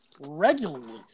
regularly